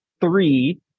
three